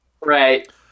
Right